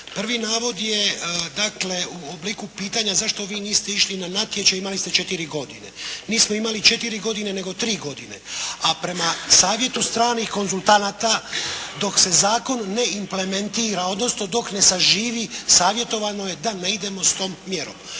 Prvi navod je dakle u obliku pitanja zašto vi niste išli na natječaj imali ste četiri godine. Nismo imali četiri godine, nego tri godine, a prema savjetu stranih konzultanata dok se zakon ne implementira, odnosno dok ne saživi savjetovano je da ne idemo sa tom mjerom.